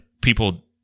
people